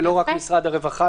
ולא רק משרד הרווחה,